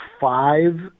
five